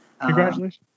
Congratulations